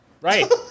Right